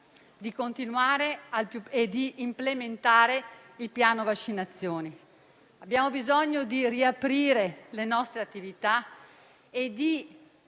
bisogno di implementare il piano delle vaccinazioni. Abbiamo bisogno di riaprire le nostre attività e di